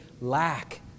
lack